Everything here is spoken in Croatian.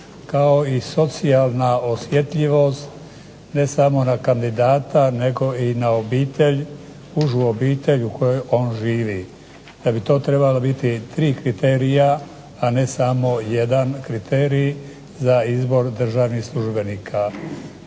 kao i socijalna osjetljivost ne samo na kandidata nego i na obitelj, užu obitelj u kojoj on živi. Da bi to trebalo biti tri kriterija a ne samo jedan kriterij za izbor državnih službenika.